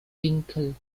winkel